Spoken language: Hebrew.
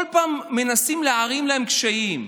כל פעם מנסים להערים עליהם קשיים.